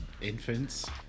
infants